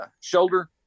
shoulder